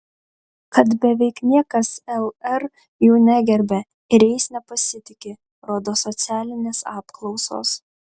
kad beveik niekas lr jų negerbia ir jais nepasitiki rodo socialinės apklausos